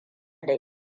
da